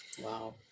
wow